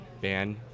ban